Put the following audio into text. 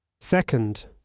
Second